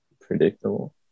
predictable